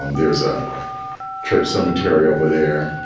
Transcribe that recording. um there's a church cemetery over there.